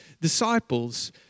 disciples